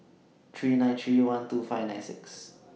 three nine three one two five nine six